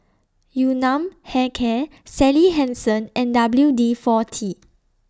Yun Nam Hair Care Sally Hansen and W D forty